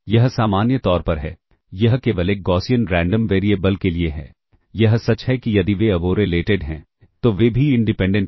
यह सामान्य तौर पर है यह केवल एक गॉसियन रैंडम वेरिएबल के लिए है यह सच है कि यदि वे अनकोरेलेटेड हैं तो वे भी इंडिपेंडेंट हैं